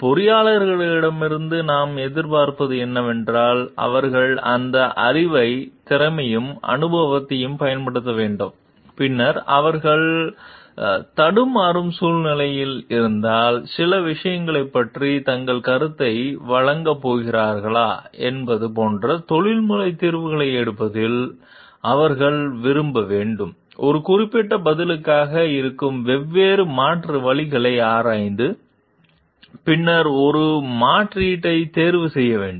பொறியியலாளர்களிடமிருந்து நாம் எதிர்பார்ப்பது என்னவென்றால் அவர்கள் அந்த அறிவையும் திறமையையும் அனுபவத்தையும் பயன்படுத்த வேண்டும் பின்னர் அவர்கள் தடுமாறும் சூழ்நிலையில் இருந்தால் சில விஷயங்களைப் பற்றி தங்கள் கருத்தை வழங்கப் போகிறார்களா என்பது போன்ற தொழில்முறை தீர்ப்புகளை எடுப்பதில் அவர்கள் விரும்ப வேண்டும் ஒரு குறிப்பிட்ட பதிலுக்காக இருக்கும் வெவ்வேறு மாற்று வழிகளை ஆராய்ந்து பின்னர் ஒரு மாற்றீட்டைத் தேர்வு செய்ய வேண்டும்